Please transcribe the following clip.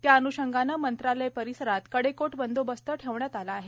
त्या अन्षंगानं मंत्रालय परिसरात कडेकोट बंदोबस्त ठेवण्यात आला आहे